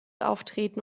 auftreten